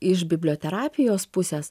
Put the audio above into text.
iš biblioterapijos pusės